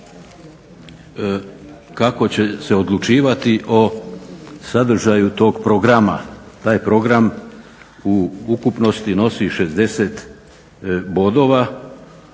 kako će se odlučivati o sadržaju tog programa. Taj program u ukupnosti nosi 60 bodova